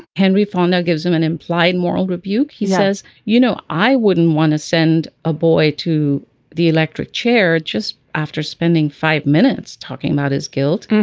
henry fonda gives him an implied moral rebuke. he says you know i wouldn't want to send a boy to the electric chair just after spending five minutes talking about his guilt.